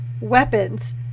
weapons